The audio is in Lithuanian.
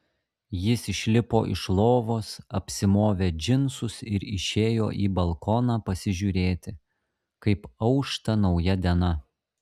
jis išlipo iš lovos apsimovė džinsus ir išėjo į balkoną pasižiūrėti kaip aušta nauja diena